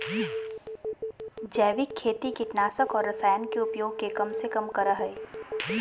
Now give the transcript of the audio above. जैविक खेती कीटनाशक और रसायन के उपयोग के कम से कम करय हइ